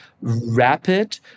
rapid